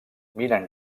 miren